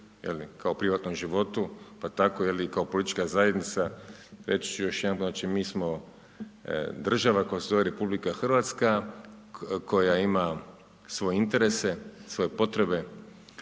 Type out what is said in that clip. kao u privatnom životu, pa tako je li i kao politička zajednica, reći ću još jedanput znači mi smo država koja se zove Republika Hrvatska koja ima svoje interese, svoje potrebe,